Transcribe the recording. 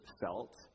felt